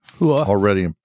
already